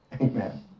Amen